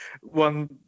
one